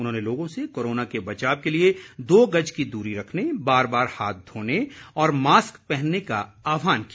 उन्होंने लोगों से कोरोना से बचाव के लिए दो गज की दूरी रखने बार बार हाथ धोने और मास्क पहनने का आह्वान किया